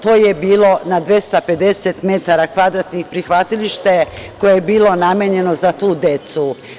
To je bilo na 250 metara kvadratnih prihvatilište koje je bilo namenjeno za tu decu.